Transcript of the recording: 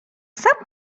sam